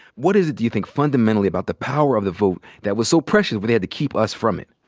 what is it do you think fundamentally about the power of the vote that was so precious where they had to keep us from it?